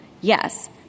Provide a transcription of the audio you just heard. yes